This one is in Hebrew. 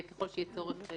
וככל שיהיה צורך,